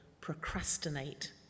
procrastinate